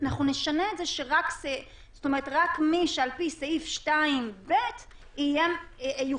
נשנה את זה שרק על מי שבסעיף 2ב יוכלו